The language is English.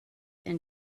and